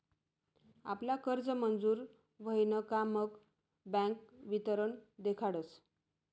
आपला कर्ज मंजूर व्हयन का मग बँक वितरण देखाडस